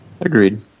Agreed